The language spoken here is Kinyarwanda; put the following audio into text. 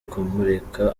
kumurika